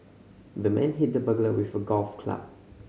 the man hit the burglar with a golf club